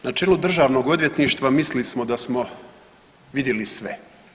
Na čelu državnog odvjetništva mislili smo da smo vidjeli sve.